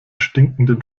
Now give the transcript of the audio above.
stinkenden